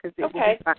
Okay